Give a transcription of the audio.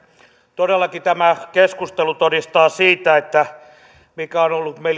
todellakin tämä keskustelu todistaa siitä mikä on ollut